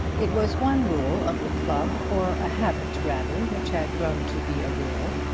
it was one rule of the club, or a habit, rather, which had grown to be a rule,